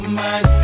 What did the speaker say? mind